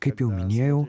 kaip jau minėjau